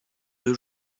deux